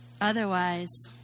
Otherwise